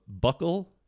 Buckle